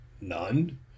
None